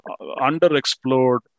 underexplored